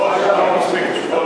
לא היו לו מספיק תשובות,